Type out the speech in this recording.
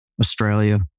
Australia